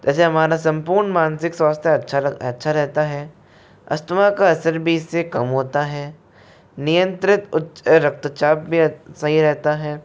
जैसे हमारा संपूर्ण मानसिक स्वास्थ्य अच्छा अच्छा रहता है अस्थमा का असर भी इससे कम होता है नियंत्रित उच्च रक्तचाप भी सही रहता है